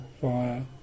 fire